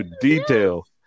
detail